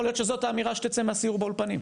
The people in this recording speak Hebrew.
יכול להיות שזו האמירה שתצא מהסיור באולפנים.